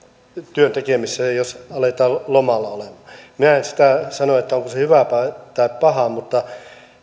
työn tekemisessä jos aletaan lomalla olemaan minä en sitä sano onko se hyvä tai paha mutta